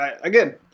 again